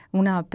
una